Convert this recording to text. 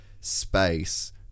space